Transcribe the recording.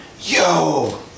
yo